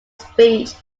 speech